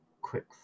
quick